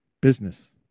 business